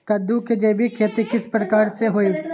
कददु के जैविक खेती किस प्रकार से होई?